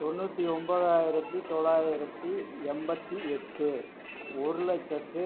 தொண்ணூற்றி ஒம்போதாயிரத்து தொள்ளாயிரத்து எம்பத்து எட்டு ஒரு லட்சத்து